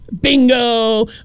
Bingo